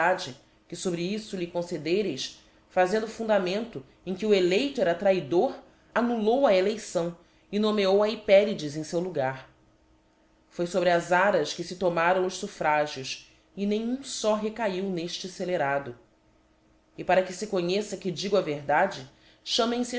auâorídade que fobre iíto lhe concedereis fazendo fundamento em que o eleito era traidor anullou a eleição e nomeou a hyperides em feu logar foi fobre as aras que fe tomaram os fuffragios e nem um fó recaiu nefte fcelerado e pára que fe conheça que digo a verdade chamem fe